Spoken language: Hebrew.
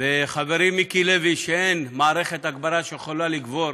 וחברי מיקי לוי, שאין מערכת הגברה שיכולה לגבור